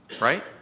right